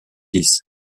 dix